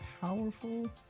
powerful